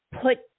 put